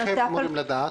איך הם אמורים לדעת?